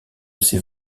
ces